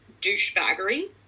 douchebaggery